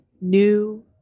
new